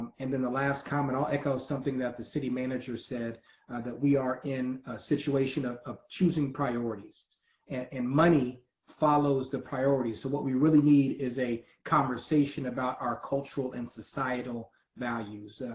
and then the last comment i'll echo something that the city manager said that we are in a situation of of choosing priorities and money follows the priority, so what we really need is a conversation about our cultural and societal value.